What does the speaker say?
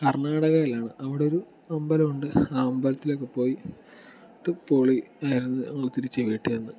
കർണ്ണാടകയിലാണ് അവിടെ ഒരു അമ്പലമുണ്ട് ആ അമ്പലത്തിലൊക്കെ പോയി അത് പൊളി ആയിരുന്നു ഞങ്ങൾ തിരിച്ച് വീട്ടിൽ വന്ന്